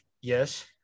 yes